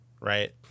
right